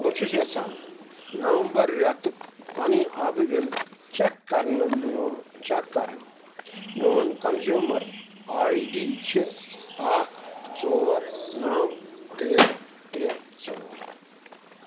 بہٕ چھُس یژھان نومبر رٮ۪تک پَنُن آبہٕ بِل چک کرنہٕ میون چک کَرن میون کنزیوٗمر آی ڈی چھُ اکھ ژور نو ترٛےٚ ترٛےٚ ژور